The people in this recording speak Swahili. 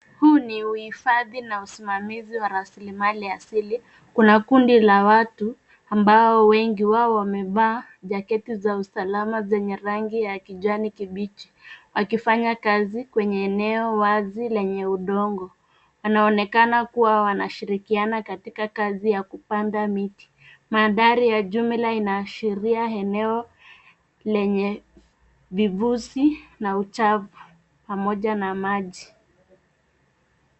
Huu ni uhifadhi na usimamizi wa rasilimali asil. Kuna kitu la watu ambao wengi wao wamevaa jaketi za usalama zenye rangi ya kijani kibichi wakifanya kazi kwenye eneo wazi lenye udongo. Wanaonekana kuwa wanashirikiana katika kazi ya kupanda miti. Mandhari ya jumla inaashiria eneo lenye vifuzi na uchafu pamoja na maji.